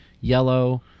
yellow